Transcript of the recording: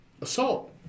Assault